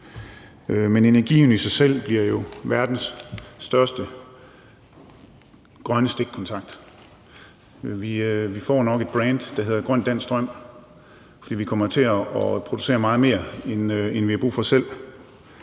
men energien i sig selv bliver jo verdens største grønne stikkontakt. Vi får nok et brand, der hedder grøn dansk strøm, fordi vi kommer til at producere meget mere, end vi har brug for selv.